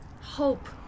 hope